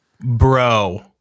Bro